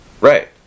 Right